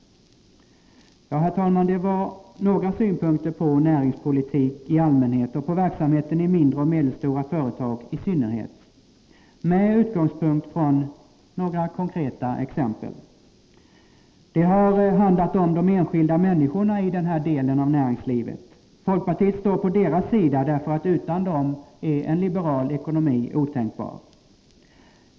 Detta var några synpunkter på näringspolitik i allmänhet och på verksamheten i mindre och medelstora företag i synnerhet, med utgångspunkt i några konkreta exempel. Det har handlat om de enskilda människorna i den här delen av näringslivet. Folkpartiet står på deras sida, därför att utan dem är en liberal ekonomi otänkbar.